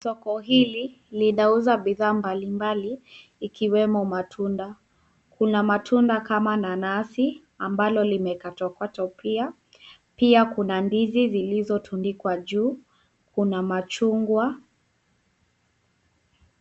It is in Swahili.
Soko hili linauza bidhaa mbalimbali, ikiwemo matunda. Kuna matunda kama nanasi ambalo limekatwa katwa pia. Pia kuna ndizi zilizotundikwa juu, kuna machungwa.